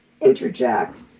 interject